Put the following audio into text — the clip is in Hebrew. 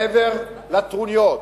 מעבר לטרוניות,